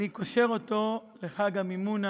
אני קושר אותו לחג המימונה